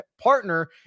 partner